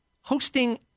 hosting